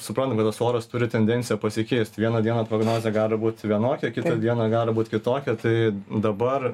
suprantam kad tas oras turi tendenciją pasikeist vieną dieną prognozė gali būti vienokia kitą dieną gali būt kitokia tai dabar